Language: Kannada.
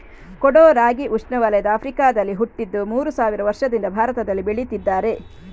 ಕೊಡೋ ರಾಗಿ ಉಷ್ಣವಲಯದ ಆಫ್ರಿಕಾದಲ್ಲಿ ಹುಟ್ಟಿದ್ದು ಮೂರು ಸಾವಿರ ವರ್ಷದಿಂದ ಭಾರತದಲ್ಲಿ ಬೆಳೀತಿದ್ದಾರೆ